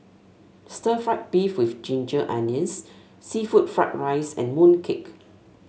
stir fry beef with Ginger Onions seafood Fried Rice and mooncake